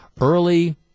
Early